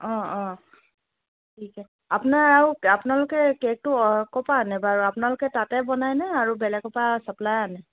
অঁ অঁ ঠিকে আপোনাৰ আৰু আপোনালোকে কেকটো অঁ কোৰ পৰা আনে বাৰু আপোনালোকে তাতে বনাই নে আৰু বেলেগৰ পৰা চপ্লাই আনে